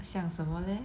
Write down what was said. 像什么 leh